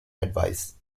advice